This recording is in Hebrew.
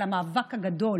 על המאבק הגדול